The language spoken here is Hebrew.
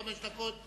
חמש דקות,